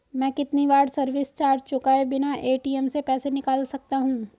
मैं कितनी बार सर्विस चार्ज चुकाए बिना ए.टी.एम से पैसे निकाल सकता हूं?